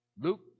Luke